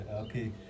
Okay